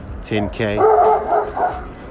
10K